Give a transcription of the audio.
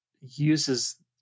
uses